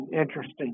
interesting